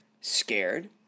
scared